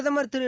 பிரதமர் திரு